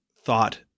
thought